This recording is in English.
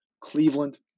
Cleveland